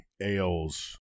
ales